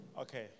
Okay